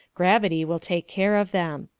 gravity will take care of them.